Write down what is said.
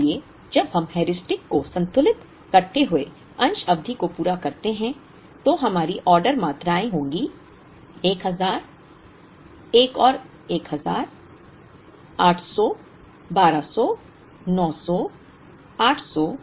इसलिए जब हम हेयुरिस्टिक को संतुलित करते हुए अंश अवधि को पूरा करते हैं तो हमारी ऑर्डर मात्राएँ होंगी 1000 एक और 1000 800 1200 900 800 1000 1200 1300 और 800